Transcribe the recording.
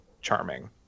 charming